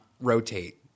rotate